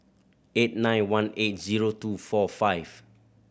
eight nine one eight zero two four five